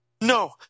No